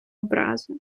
образи